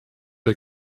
der